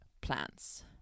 plants